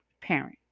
parent